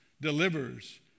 delivers